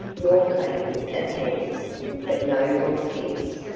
more clapping of hands but no mock jeers,